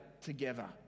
together